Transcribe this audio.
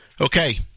Okay